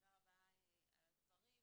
תודה רבה על הדברים.